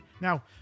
Now